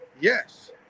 yes